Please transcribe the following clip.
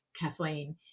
Kathleen